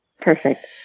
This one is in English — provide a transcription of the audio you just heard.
Perfect